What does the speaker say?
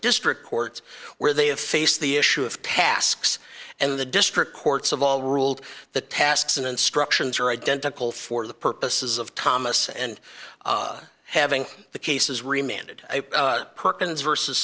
district courts where they have faced the issue of tasks and the district courts of all ruled the tasks in instructions are identical for the purposes of thomas and having the cases